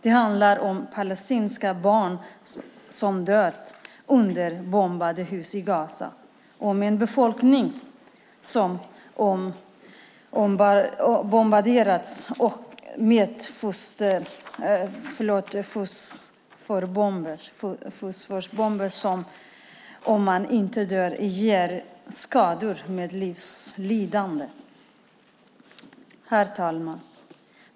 Det handlar om palestinska barn som dött under bombade hus i Gaza, om en befolkning som bombarderats med fosforbomber som, om man inte dör, ger skador och ett livslångt lidande. Herr talman!